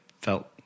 felt